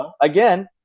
again